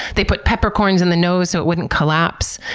they put peppercorns in the nose so it wouldn't collapse.